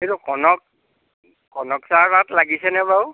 এইটো কনক কনক ছাৰৰ তাত লাগিছেনে বাাৰু